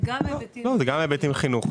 גם היבטים חינוכיים.